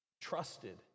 trusted